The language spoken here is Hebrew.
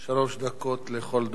שלוש דקות לכל דובר.